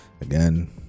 Again